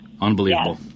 Unbelievable